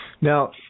Now